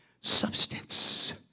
substance